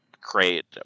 create